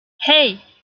hey